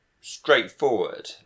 straightforward